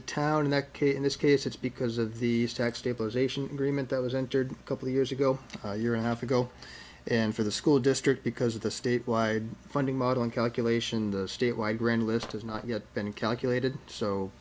the town in that case in this case it's because of these tax stabilization remit that was entered a couple of years ago year and half ago and for the school district because of the statewide funding model in calculation the state why grand list has not yet been calculated so